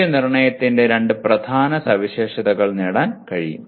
മൂല്യനിർണ്ണയത്തിന്റെ രണ്ട് പ്രധാന സവിശേഷതകൾ നേടാൻ കഴിയും